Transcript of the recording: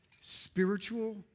spiritual